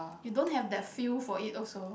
you don't have the feel for it also